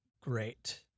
great